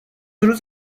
روز